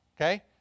okay